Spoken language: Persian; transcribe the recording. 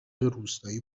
روستایی